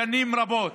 שנים רבות.